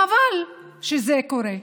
חבל שזה קורה.